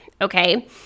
Okay